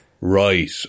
Right